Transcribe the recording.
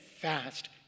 fast